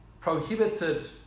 prohibited